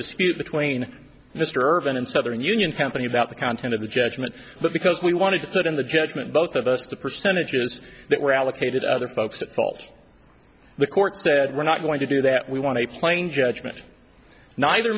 dispute between mr urban and southern union company about the content of the judgment but because we wanted to put in the judgment both of us the percentages that were allocated other folks felt the court said we're not going to do that we want a plain judgment neither